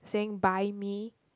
saying buy me